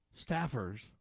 staffers